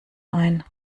ein